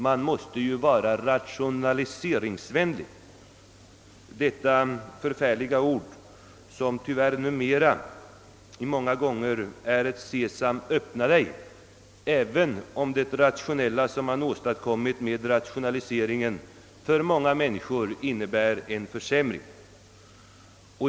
Man måste ju vara »rationaliseringsvänlig», detta förfärliga ord, som nu tyvärr många gånger innebär ett Sesam, öppna dig, även om det rationella som man åstadkommit med rationaliseringen för många människor innebär en försämring.